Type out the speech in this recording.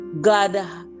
God